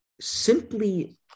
simply